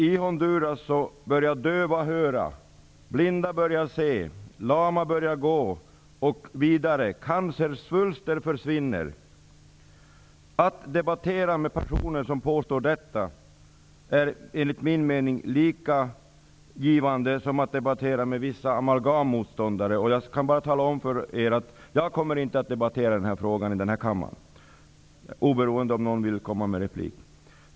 I Honduras börjar döva höra, blinda börjar se, lama börjar gå och cancersvulster försvinner. Att debattera med personer som påstår detta är, enligt min mening, lika givande som att debattera med vissa amalgammotståndare. Jag kommer inte att debattera denna fråga i denna kammare, oberoende av om någon vill replikera.